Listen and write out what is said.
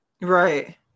Right